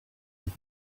with